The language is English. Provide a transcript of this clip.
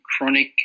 chronic